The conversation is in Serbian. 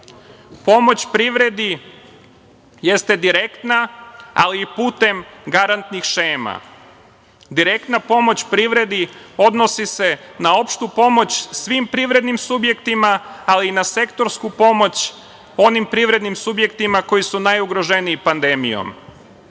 Pomoć privredi jeste direktna, ali i putem garantnih šema. Direktna pomoć privredi odnosi se na opštu pomoć svim privrednim subjektima, ali i na sektorsku pomoć onim privrednim subjektima koji su najugroženiji pandemijom. Svi